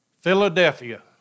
Philadelphia